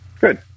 Good